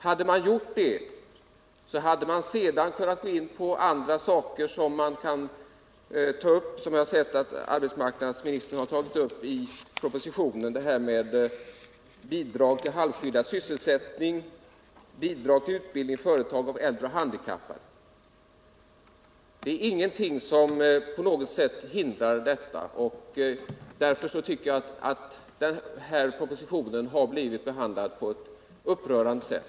Hade man gjort det hade man sedan kunnat gå in på andra saker, som arbetsmarknadsministern tagit upp i propositionen, t.ex. bidrag till halvskyddad sysselsättning och bidrag till utbildning i företag av äldre och handikappade. Det är ingenting som på något sätt hindrar detta, och därför tycker jag att regeringen handlagt denna fråga på ett upprörande sätt.